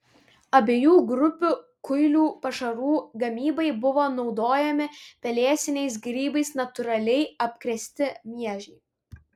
abiejų grupių kuilių pašarų gamybai buvo naudojami pelėsiniais grybais natūraliai apkrėsti miežiai